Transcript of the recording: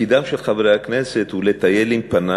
תפקידם של חברי הכנסת הוא לטייל עם פנס